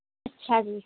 ਅੱਛਾ ਜੀ